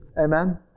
Amen